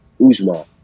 Uzma